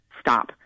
stop